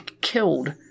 killed